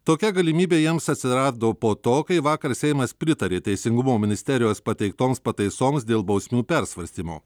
tokia galimybė jiems atsirado po to kai vakar seimas pritarė teisingumo ministerijos pateiktoms pataisoms dėl bausmių persvarstymo